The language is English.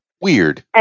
Weird